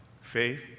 Faith